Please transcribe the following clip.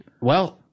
Well-